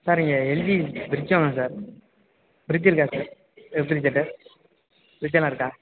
sir இங்க LG fridge வேணும் sir fridge இருக்கா சார் ரெஃப்ரிஜிரேட்டர் ஃப்ரிட்ஜி எல்லாம் இருக்கா